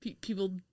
people